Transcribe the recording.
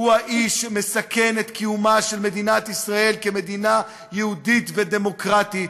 הוא האיש שמסכן את קיומה של מדינת ישראל כמדינה יהודית ודמוקרטית,